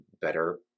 better